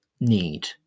need